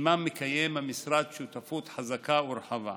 שעימם מקיים המשרד שותפות חזקה ורחבה.